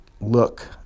look